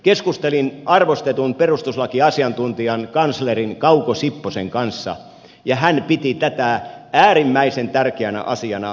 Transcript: keskustelin arvostetun perustuslakiasiantuntijan kansleri kauko sipposen kanssa ja hän piti tätä äärimmäisen tärkeänä asiana